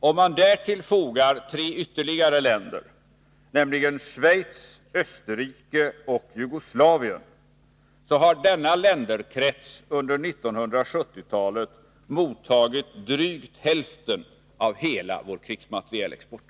Om man därtill fogar tre ytterligare länder, nämligen Schweiz, Österrike och Jugoslavien, finner man att denna länderkrets under 1970-talet har mottagit drygt hälften av hela vår krigsmaterielexport.